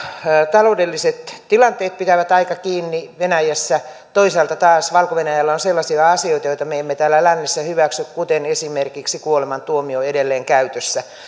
taloudelliset tilanteet pitävät aika lailla kiinni venäjässä toisaalta taas valko venäjällä on sellaisia asioita joita me emme täällä lännessä hyväksy kuten esimerkiksi se että kuolemantuomio on edelleen käytössä